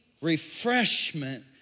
refreshment